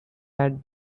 had